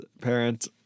parent